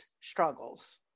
struggles